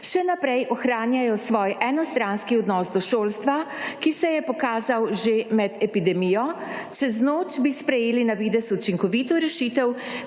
Še naprej ohranjajo svoj enostranski odnos do šolstva, ki se je pokazal že med epidemijo, čez noč bi sprejeli na videz učinkovito rešitev,